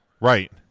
right